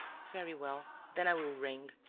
very well. then i will ring.